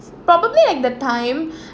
probably like the time